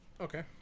Okay